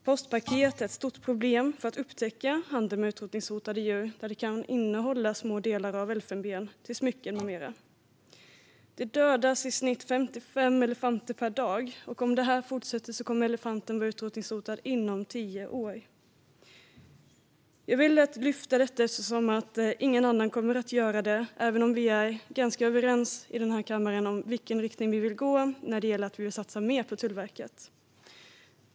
Postpaket är ett stort problem när det gäller att upptäcka handel med utrotningshotade djur. Paketen kan innehålla små delar av elfenben till smycken med mera. Det dödas i snitt 55 elefanter per dag, och om detta fortsätter kommer elefanten att vara utrotningshotad inom tio år. Jag vill lyfta fram detta eftersom ingen annan kommer att göra det, även om vi är ganska överens i den här kammaren om i vilken riktning vi vill gå, att vi vill satsa mer på Tullverket.